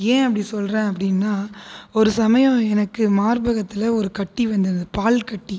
ஏன் அப்படி சொல்கிறேன் அப்படின்னா ஒரு சமயம் எனக்கு மார்பகத்தில் ஒரு கட்டி வந்தது பால்கட்டி